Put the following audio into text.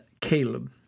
Caleb